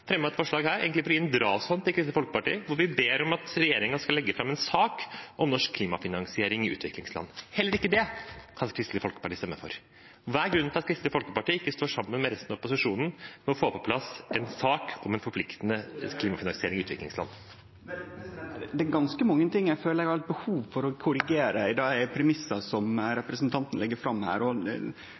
et forslag her, egentlig for å gi en drahjelp til Kristelig Folkeparti, hvor vi ber om at regjeringen skal legge fram en sak om norsk klimafinansiering i utviklingsland. Heller ikke det skal Kristelig Folkeparti stemme for. Hva er grunnen til at Kristelig Folkeparti ikke står sammen med resten av opposisjonen for å få på plass en sak om en forpliktende klimafinansiering i utviklingsland? Det er ganske mange ting eg føler eg har eit behov for å korrigere i dei premissane som representanten legg fram her, og